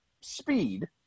Speed